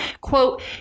Quote